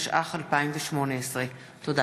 התשע"ח 2018. תודה.